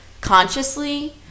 consciously